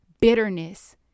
bitterness